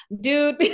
dude